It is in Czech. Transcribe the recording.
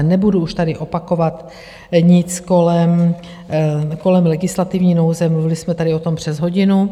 Nebudu už tady opakovat nic kolem legislativní nouze, mluvili jsme tady o tom přes hodinu.